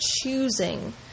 choosing